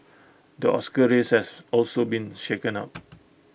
the Oscar race has also been shaken up